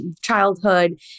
childhood